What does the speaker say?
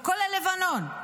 לא כולל לבנון,